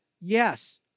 yes